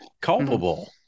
culpable